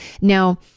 Now